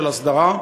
של אסדרה,